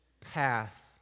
path